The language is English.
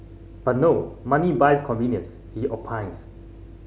but no money buys convenience he opines